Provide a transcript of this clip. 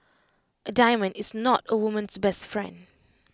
A diamond is not A woman's best friend